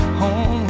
home